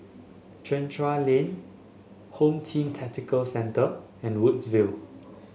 Chencharu Lane Home Team Tactical Centre and Woodsville